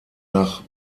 nach